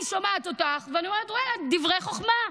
שאני שומעת אותך ואני אומרת: דברי חוכמה.